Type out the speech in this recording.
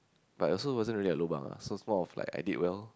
but also wasn't really like a lobang ah so it's more of like I did well